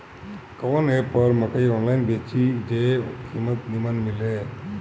कवन एप पर मकई आनलाइन बेची जे पर कीमत नीमन मिले?